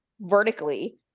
vertically